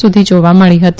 સુધી જાવા મળી હતી